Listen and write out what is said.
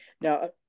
now